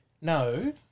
No